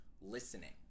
listening